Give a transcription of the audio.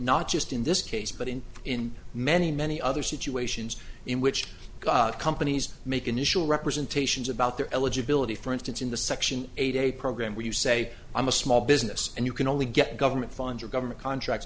not just in this case but in in many many other situations in which companies make initial representations about their eligibility for instance in the section eight a program where you say i'm a small business and you can only get government funds or government contracts